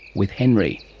with henry.